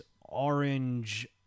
orange